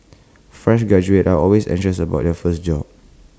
fresh graduates are always anxious about their first job